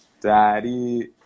Daddy